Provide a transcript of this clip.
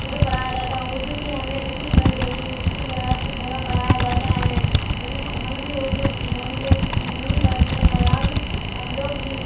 اردو پڑھایا جاتا ہے اردو کی اہمیت اتنی بڑھ گئی ہے کہ اسکول وغیرہ سب جگہ پڑھایا جاتا ہے ہمیں ہم بھی اردو ہم بھی پڑھتے ہیں اور آپ لوگ بھی